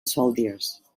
soldiers